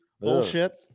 bullshit